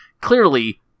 clearly